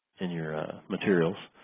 in your materials.